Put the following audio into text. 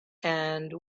and